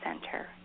center